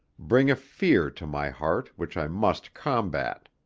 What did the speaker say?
bring a fear to my heart which i must combat.